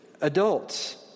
Adults